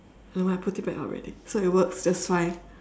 nevermind I put it back up already so it works that's fine